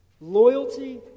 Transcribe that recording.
Loyalty